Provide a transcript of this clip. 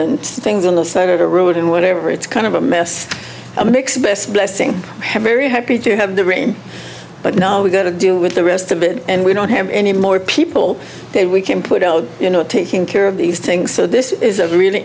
and things on the side of the road and whatever it's kind of a mess a mixed blessing have very happy to have the rain but now we've got to deal with the rest of it and we don't have any more people say we can put out you know taking care of these things so this is a really